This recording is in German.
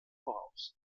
voraus